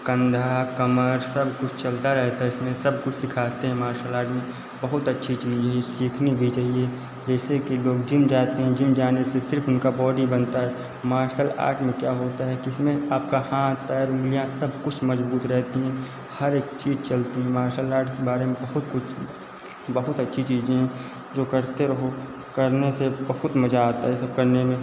कंधा कमर सब कुछ चलता रहता है इसमें सब कुछ सिखाते हैं मार्सल आर्ट में बहुत अच्छी चीज़ है यह सीखनी भी चहिए जैसे कि लोग जिम जाते हैं जिम जाने से सिर्फ़ उनका बॉडी बनता है मार्सल आर्ट में क्या होता है कि इसमें आपका हाथ पैर उँगलियाँ सब कुछ मजबूत रहती हैं हर एक चीज़ चलती हैं मार्सल आर्ट के बारे में बहुत कुछ बहुत अच्छी चीज़ें हैं जो करते रहो करने से बहुत मज़ा आता है यह सब करने में